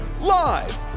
live